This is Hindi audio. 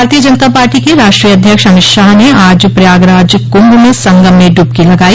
भारतीय जनता पार्टी के राष्ट्रीय अध्यक्ष अमित शाह ने आज प्रयागराज कुंभ में संगम में डुबकी लगाई